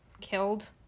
killed